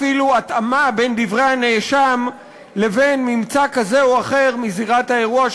אפילו התאמה בין דברי הנאשם לבין ממצא כזה או אחר מזירת האירוע,